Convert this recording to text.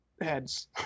heads